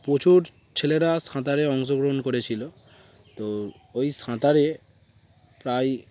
প্রচুর ছেলেরা সাঁতারে অংশগ্রহণ করেছিলো তো ওই সাঁতারে প্রায়